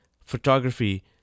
photography